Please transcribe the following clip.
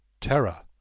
Terror